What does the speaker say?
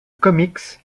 comics